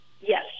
Yes